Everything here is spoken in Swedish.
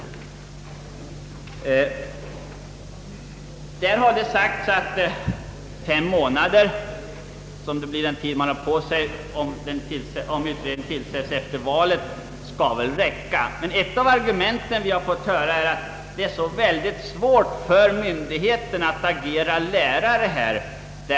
Utskottsmajoriteten menar att fem månader, d.v.s. den tid man har på sig om utredningen tillsättes efter valet, bör kunna räcka. Ett argument vi fått höra i detta sammanhang är att det är mycket svårt för myndigheterna att agera som lärare.